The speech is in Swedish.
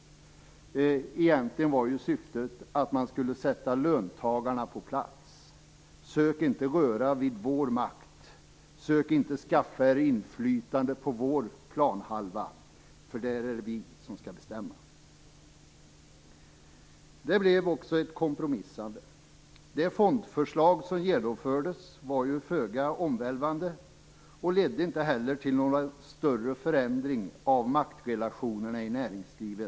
Syftet var ju egentligen att man skulle sätta löntagarna på plats. Sök inte röra vid vår makt! Sök inte skaffa er inflytande på vår planhalva, för där är det vi som skall bestämma! Det blev också ett kompromissande. Det fondförslag som genomfördes var ju föga omvälvande och ledde inte heller till någon större förändring av maktrelationerna i näringslivet.